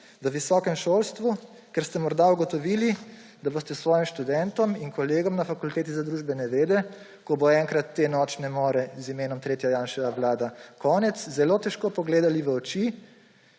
v visokem šolstvu, ker ste morda ugotovili, da boste svojim študentom in kolegom na Fakulteti za družbene vede, ko bo enkrat te nočne more z imenom tretja Janševa vlada konec, zelo težko pogledali v oči,